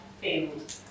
field